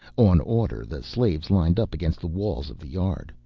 on order the slaves lined up against the walls of the yard.